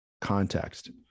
context